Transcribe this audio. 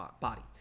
body